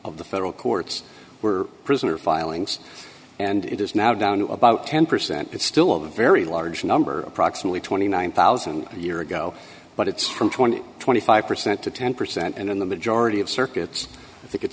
of the federal courts were prisoner filings and it is now down to about ten percent but still a very large number approximately twenty nine thousand a year ago but it's from two thousand and twenty five percent to ten percent and in the majority of circuits i think it's